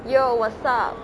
ya what's up